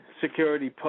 security